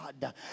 God